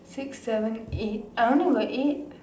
six seven eight I only got eight